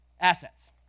assets